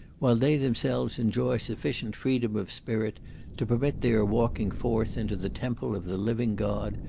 while they themselves enjoy sufficient freedom of spirit to permit their walking forth into the temple of the living god,